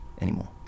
anymore